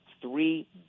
Three